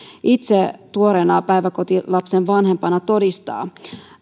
itse tuoreena päiväkotilapsen vanhempana todistaa